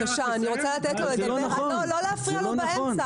אני רוצה לתת לו לדבר, לא להפריע לו באמצע.